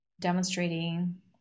demonstrating